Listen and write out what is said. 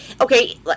Okay